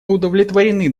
удовлетворены